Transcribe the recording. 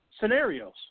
scenarios